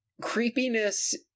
creepiness